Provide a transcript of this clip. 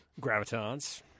gravitons